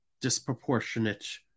disproportionate